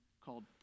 called